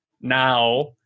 now